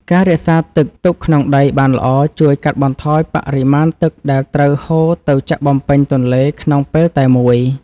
ការរក្សាទឹកទុកក្នុងដីបានល្អជួយកាត់បន្ថយបរិមាណទឹកដែលត្រូវហូរទៅចាក់បំពេញទន្លេក្នុងពេលតែមួយ។ការរក្សាទឹកទុកក្នុងដីបានល្អជួយកាត់បន្ថយបរិមាណទឹកដែលត្រូវហូរទៅចាក់បំពេញទន្លេក្នុងពេលតែមួយ។